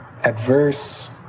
adverse